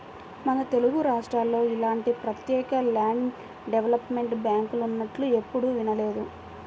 మన తెలుగురాష్ట్రాల్లో ఇలాంటి ప్రత్యేక ల్యాండ్ డెవలప్మెంట్ బ్యాంకులున్నట్లు ఎప్పుడూ వినలేదు